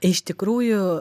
iš tikrųjų